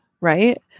right